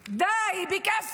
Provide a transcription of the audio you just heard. די, די.